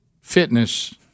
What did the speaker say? fitness